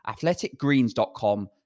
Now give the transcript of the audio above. athleticgreens.com